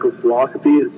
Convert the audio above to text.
philosophy